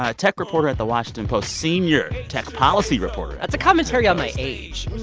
ah tech reporter at the washington post senior tech policy reporter that's a commentary on my age